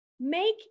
make